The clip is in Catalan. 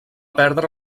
perdre